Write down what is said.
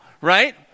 right